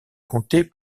compté